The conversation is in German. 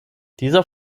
dieser